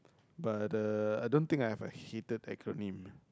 but uh I don't think I have a hated acronym